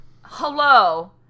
hello